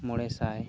ᱢᱚᱬᱮ ᱥᱟᱭ